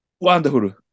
wonderful